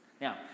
Now